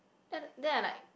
then then I like